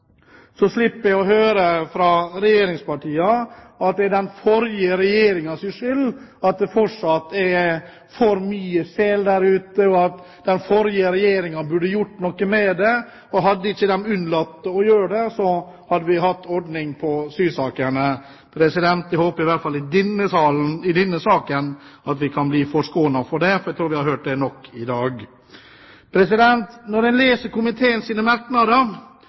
slipper å høre fra regjeringspartiene at det er den forrige regjeringens skyld at det fortsatt er for mye sel der ute, at den forrige regjeringen burde gjort noe med det, og at hadde ikke den unnlatt å gjøre det, hadde vi hadde orden på sysakene. Jeg håper at vi i hvert fall i denne saken, kan bli forskånet for det, for jeg tror vi har hørt det nok i dag. Når man leser komiteens merknader,